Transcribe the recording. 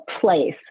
place